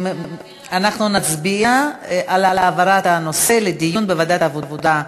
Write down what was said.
אנחנו נצביע על העברת הנושא לדיון בוועדת העבודה,